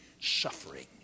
suffering